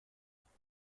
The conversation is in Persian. داشته